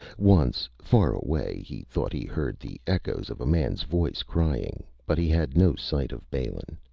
once, far away, he thought he heard the echoes of a man's voice crying, but he had no sight of balin.